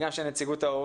גם של נציגות ההורים